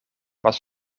was